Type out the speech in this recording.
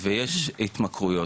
ויש התמכרויות,